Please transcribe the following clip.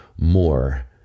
more